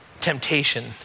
temptation